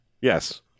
Yes